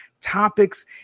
topics